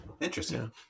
Interesting